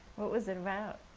what was it about?